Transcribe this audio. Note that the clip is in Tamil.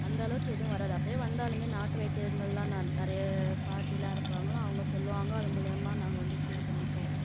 அந்த அளவுக்கு எதுவும் வராது அப்டி வந்தாலும் நாட்டு வைத்தியங்கள்லாம் நான் நிறைய பாட்டியெலாம் இருப்பாங்களா அவங்க சொல்லுவாங்க அது மூலிமா நாங்கள் வந்து க்யூர் பண்ணிப்போம்